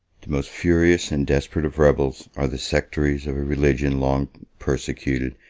the most furious and desperate of rebels are the sectaries of a religion long persecuted,